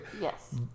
Yes